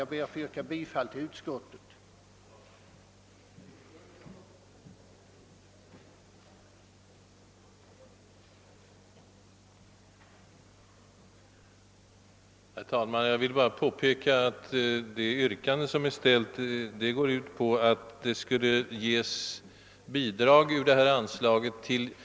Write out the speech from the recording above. Jag ber att få yrka bifall till utskottets hemställan.